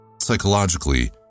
Psychologically